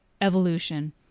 evolution